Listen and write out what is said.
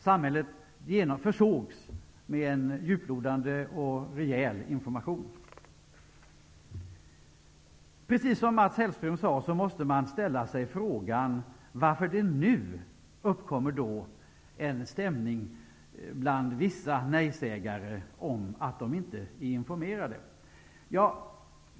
Samhället försågs med en djuplodande och rejäl information. Precis som Mats Hellström sade måste man ställa sig frågan varför nu vissa nejsägare påstår att de inte är informerade.